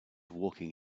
walking